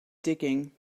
digging